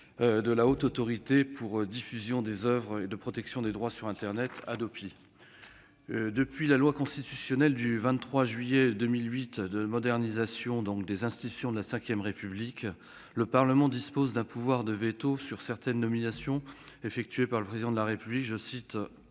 de la Haute Autorité pour la diffusion des oeuvres et la protection des droits sur internet (Hadopi). Depuis la loi constitutionnelle du 23 juillet 2008 de modernisation des institutions de la V République, le Parlement dispose d'un pouvoir de veto sur certaines nominations effectuées par le Président de la République, « en